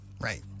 Right